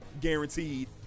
guaranteed